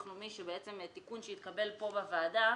לאומי שבעצם תיקון שהתקבל פה בוועדה,